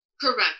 Correct